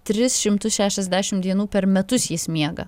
tris šimtus šešiasdešim dienų per metus jis miega